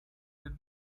der